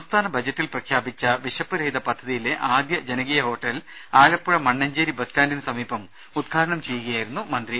സംസ്ഥാന ബജറ്റിൽ പ്രഖ്യാപിച്ച വിശപ്പുരഹിത പദ്ധതിയിലെ ആദ്യ ജനകീയ ഹോട്ടൽ ആലപ്പുഴ മണ്ണഞ്ചേരി ബസ്സ്റ്റാൻഡിന് സമീപം ഉദ്ഘാടനം ചെയ്യുകയായിരുന്നു മന്ത്രി